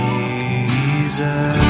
Jesus